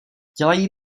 dělají